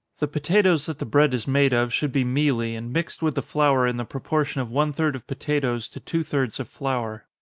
the potatoes that the bread is made of should be mealy, and mixed with the flour in the proportion of one-third of potatoes to two-thirds of flour.